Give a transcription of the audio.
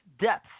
depth